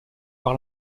par